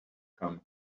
come